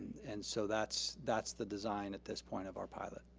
and so that's that's the design at this point of our pilot.